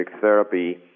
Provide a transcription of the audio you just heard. therapy